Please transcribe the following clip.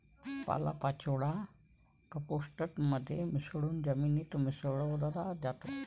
पालापाचोळा कंपोस्ट मध्ये मिसळून जमिनीत मिसळला जातो